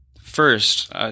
first